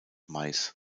mais